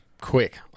quick